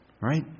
right